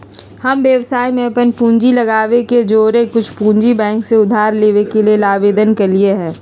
हम व्यवसाय में अप्पन पूंजी लगाबे के जौरेए कुछ पूंजी बैंक से उधार लेबे के लेल आवेदन कलियइ ह